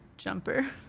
Jumper